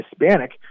Hispanic